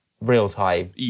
real-time